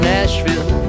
Nashville